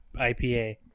IPA